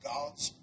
God's